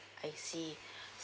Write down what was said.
I see